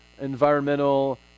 environmental